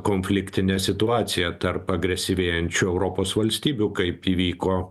konfliktinė situacija tarp agresyvėjančių europos valstybių kaip įvyko